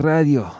Radio